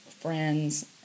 friends